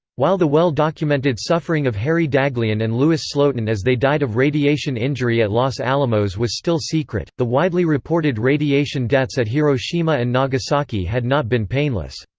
while the well-documented suffering of harry daghlian and louis slotin as they died of radiation injury at los alamos was still secret, the widely reported radiation deaths at hiroshima and nagasaki had not been painless.